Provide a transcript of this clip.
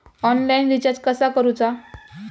Online recharge कसा करूचा?